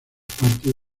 partes